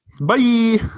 Bye